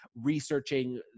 researching